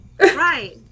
Right